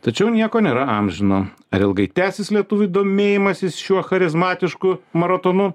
tačiau nieko nėra amžino ar ilgai tęsis lietuvių domėjimasis šiuo charizmatišku maratonu